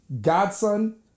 Godson